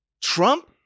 Trump